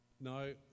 No